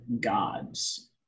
gods